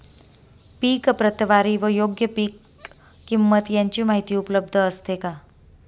पीक प्रतवारी व योग्य पीक किंमत यांची माहिती उपलब्ध असते का?